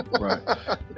right